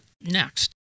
next